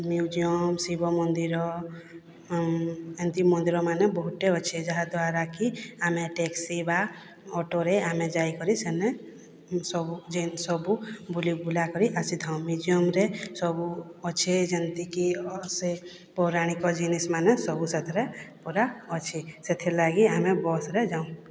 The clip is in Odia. ମ୍ୟୁଜିୟମ୍ ଶିବମନ୍ଦିର ଏମିତି ମନ୍ଦିର ମାନେ ବହୁଟେ ଅଛି ଯାହାଦ୍ୱାରାକି ଆମେ ଟ୍ୟାକ୍ସି ବା ଅଟୋରେ ଆମେ ଯାଇକରି ସେନେ ସବୁ ଯେନ୍ ସବୁ ବୁଲିବୁଲା କରି ଆସିଥାଉଁ ମ୍ୟୁଜିୟମ୍ରେ ସବୁ ଅଛି ଯେମିତିକି ସେ ପୌରଣିକ ଜିନିଷ୍ ମନେ ସବୁ ସେଥିରେ ପୁରା ଅଛି ସେଥିଲାଗି ଆମେ ବସ୍ରେ ଯାଉଁ